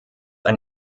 ein